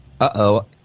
uh-oh